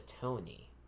tony